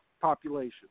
population